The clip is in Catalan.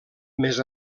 més